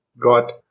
got